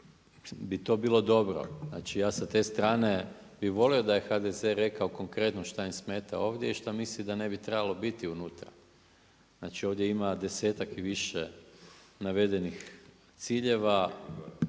bi to bilo dobro. Znači ja sa te strane bi volio da je HDZ rekao konkretno šta im smeta ovdje i šta misli da ne bi trebalo biti unutra. Znači, ovdje ima 10 i više navedenih ciljeva